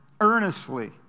earnestly